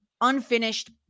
unfinished